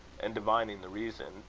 and divining the reason,